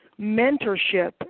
mentorship